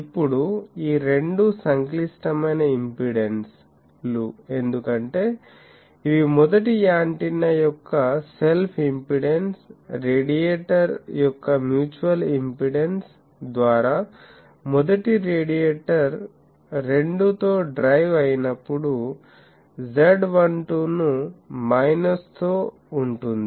ఇప్పుడు ఈ రెండూ సంక్లిష్టమైన ఇంపెడెన్స్ లు ఎందుకంటే ఇవి మొదటి యాంటెన్నా యొక్క సెల్ఫ్ ఇంపెడెన్స్ రేడియేటర్ యొక్క మ్యూచువల్ ఇంపెడెన్స్ ద్వారా మొదటి రేడియేటర్ 2 తో డ్రైవ్ అయినప్పుడు Z12 ను మైనస్తో ఉంటుంది